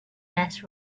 less